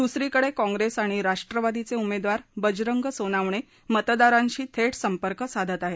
दुसरीकडे काँप्रेस आणि राष्ट्रवादीचे उमेदवार बजरंग सोनावणे मतदारांशी थेट संपर्क साधत आहेत